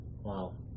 Wow